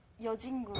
yeo jingoo.